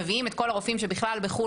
מביאים את כל הרופאים שהם בכלל בחו"ל,